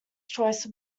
choice